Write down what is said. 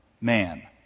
man